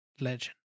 Legend